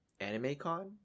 AnimeCon